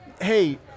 hey